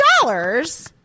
dollars